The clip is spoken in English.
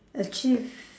achieve